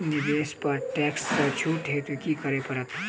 निवेश पर टैक्स सँ छुट हेतु की करै पड़त?